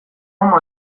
hau